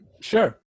Sure